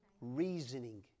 reasoning